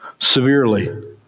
Severely